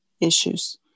issues